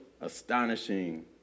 astonishing